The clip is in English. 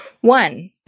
one